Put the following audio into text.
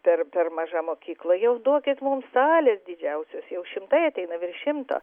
per per maža mokykla jau duokit mums salės didžiausios jau šimtai ateina virš šimto